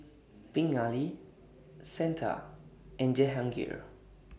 Pingali Santha and Jehangirr